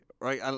right